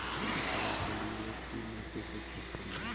पेमेंटबा कलिए की नय, कैसे चेक करिए?